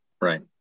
Right